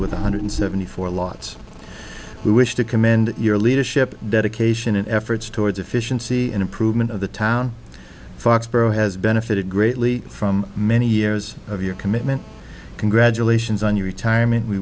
with one hundred seventy four lots who wish to commend your leadership dedication and efforts towards efficiency and improvement of the town foxborough has benefited greatly from many years of your commitment congratulations on your retirement we